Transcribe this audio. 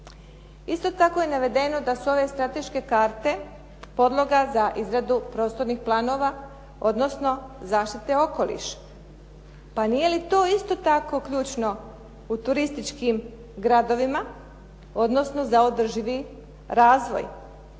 Isto tako je navedeno da su ove strateške karte podloga za izradu prostornih planova, odnosno zaštite okoliša. Pa nije li to isto tako ključno u turističkim gradovima, odnosno za održivi razvoj?